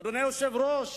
אדוני היושב-ראש,